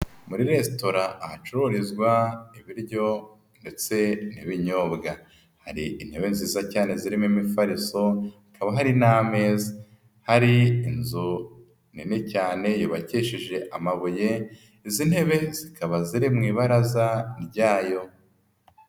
Muri resitora ahacururizwa ibiryo ndetse n'ibinyobwa, hari intebe nziza cyane zirimo imifareso, hakaba hari n'amezaza, hari inzu nini cyane yubakisheje amabuye, izi ntebe zikaba ziri mu ibaraza ryayo.